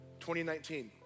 2019